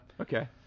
okay